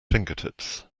fingertips